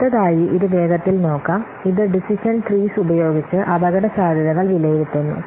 അടുത്തതായി ഇത് വേഗത്തിൽ നോക്കാം ഇത് ഡിസിഷൻ ട്രീസ് ഉപയോഗിച്ച് അപകടസാധ്യതകൾ വിലയിരുത്തുന്നു